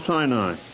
Sinai